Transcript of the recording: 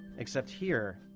except here,